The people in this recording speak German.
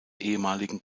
ehemaligen